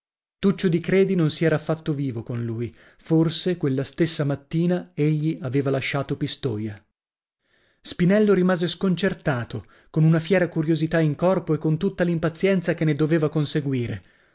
tuccio di credi non si era fatto vivo con lui forse quella stessa mattina egli aveva lasciato pistoia spinello rimase sconcertato con una fiera curiosità in corpo e con tutta l'impazienza che no doveva conseguire